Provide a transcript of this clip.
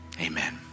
amen